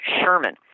Sherman